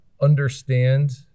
understand